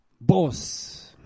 boss